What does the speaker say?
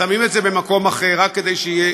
שמים את זה במקום אחר רק כדי שיהיה